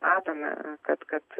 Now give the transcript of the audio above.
matome kad kad